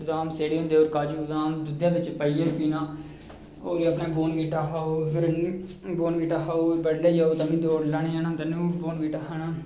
बदाम सेड़े दे होंदे होर काजू बदाम दुद्धै बिच्च पाइयै पीना होर बी अपने बोर्नबीटा खाओ फेर बोर्न बीटा खाओ बड्डलै जदूं दौड़ लाने गी जाना तां बी बोर्नबीटा खाना